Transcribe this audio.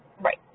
Right